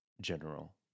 general